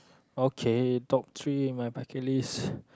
okay top three my bucket list